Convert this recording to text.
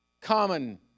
common